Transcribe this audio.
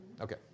Okay